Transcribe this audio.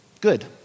good